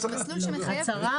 הצהרה,